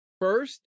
first